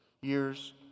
years